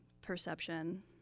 perception